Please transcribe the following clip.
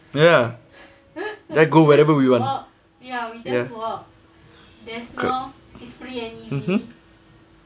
ya then go wherever we want ya good mmhmm